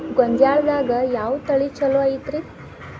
ಗೊಂಜಾಳದಾಗ ಯಾವ ತಳಿ ಛಲೋ ಐತ್ರಿ?